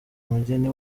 umugeni